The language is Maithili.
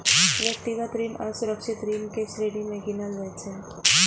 व्यक्तिगत ऋण असुरक्षित ऋण के श्रेणी मे गिनल जाइ छै